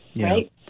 Right